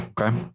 Okay